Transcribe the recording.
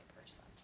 person